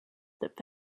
that